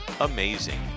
amazing